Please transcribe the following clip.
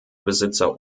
besitzer